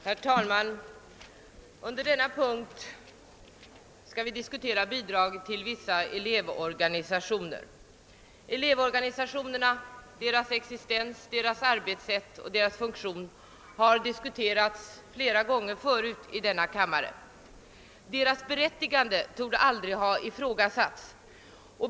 Herr talman! Under denna punkt skall vi diskutera Bidrag till vissa elevorganisationer. Elevorganisationerna — deras existens, deras arbetssätt och deras funktion — har debatterats flera gånger förut i denna kammare. Deras berättigande torde aldrig ha ifrågasatts.